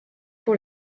pour